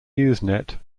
usenet